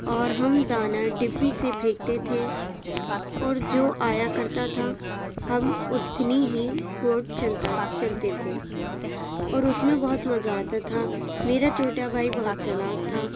اور ہم دانا ڈبی سے پھینکتے تھے اور جو آیا کرتا تھا ہم اتنی ہی گوٹ چلتا چلتے تھے اور اس میں بہت مزہ آتا تھا میرا چھوٹا بھائی بہت چالاک تھا